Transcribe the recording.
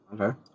Okay